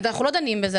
אנחנו לא דנים בזה,